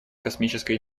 космической